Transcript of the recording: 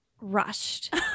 rushed